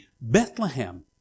Bethlehem